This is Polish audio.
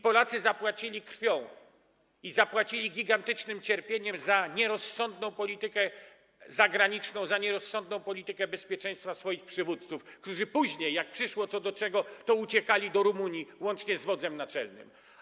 Polacy zapłacili krwią i zapłacili gigantycznym cierpieniem za nierozsądną politykę zagraniczną, za nierozsądną politykę bezpieczeństwa swoich przywódców, którzy później, jak przyszło co do czego, to uciekali do Rumunii, włącznie z wodzem naczelnym.